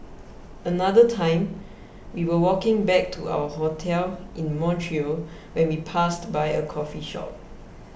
another time we were walking back to our hotel in Montreal when we passed by a coffee shop